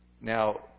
Now